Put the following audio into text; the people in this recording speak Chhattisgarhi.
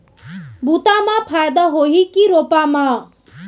बुता म फायदा होही की रोपा म?